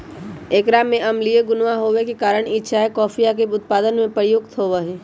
एकरा में अम्लीय गुणवा होवे के कारण ई चाय कॉफीया के उत्पादन में प्रयुक्त होवा हई